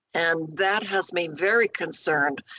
and that has me very concerned.